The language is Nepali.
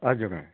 हजुर